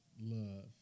love